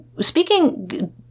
Speaking